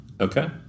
Okay